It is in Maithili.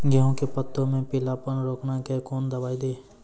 गेहूँ के पत्तों मे पीलापन रोकने के कौन दवाई दी?